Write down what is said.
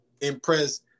impress